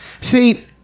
See